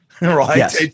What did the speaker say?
right